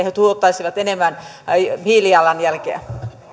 he tuottaisivat enemmän hiilijalanjälkeä